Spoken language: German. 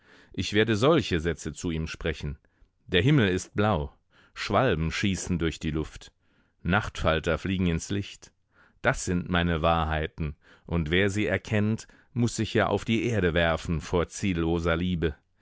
ich werde solche sätze zu ihm sprechen der himmel ist blau schwalben schießen durch die luft nachtfalter fliegen ins licht das sind meine wahrheiten und wer sie erkennt muß sich ja auf die erde werfen vor zielloser liebe